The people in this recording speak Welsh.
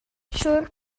siŵr